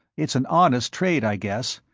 it's an honest trade, i guess,